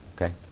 Okay